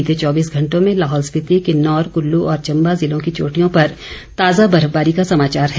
बीते चौबीस घंटों में लाहौल स्पीति किन्नौर कुल्लू और चम्बा ज़िलों की चोटियों पर ताज़ा बर्फबारी का समाचार है